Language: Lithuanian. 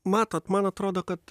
matot man atrodo kad